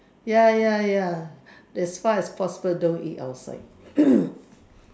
ya ya ya as far as possible don't eat outside